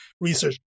research